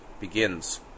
begins